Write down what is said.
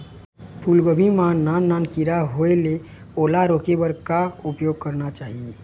फूलगोभी मां नान नान किरा होयेल ओला रोके बर का उपाय करना चाही?